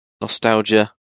Nostalgia